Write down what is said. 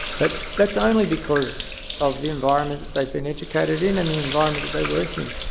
but that's only because of the environment that they've been educated in and the environment that they work in.